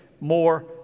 more